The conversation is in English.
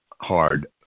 hard